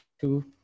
two